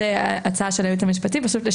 טלי, את